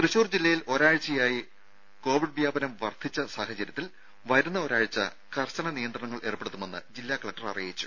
തൃശൂർ ജില്ലയിൽ ഒരാഴ്ചയായി കോവിഡ് വ്യാപനം വർധിച്ച സാഹചര്യത്തിൽ വരുന്ന ഒരാഴ്ച്ച കർശന നിയന്ത്രണങ്ങൾ ഏർപ്പെടുത്തുമെന്ന് ജില്ലാ കലക്ടർ അറിയിച്ചു